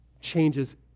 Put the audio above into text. changes